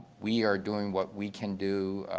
we are doing what we can do.